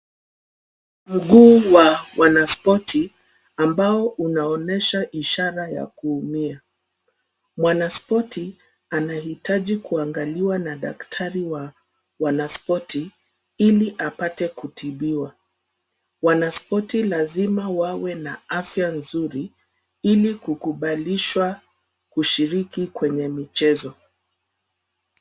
Mguu wa mwanaspoti ambao unaonyesha ishara ya kuumia Mwanaspoti anahitaji kuangaliwa na daktari wa wanaspoti ili apate kutibiwa. Wanaspoti lazima wawe na afya nzuri ili kukubalishwa kushiriki kwenye michezo.